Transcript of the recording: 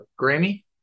Grammy